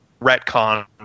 retcon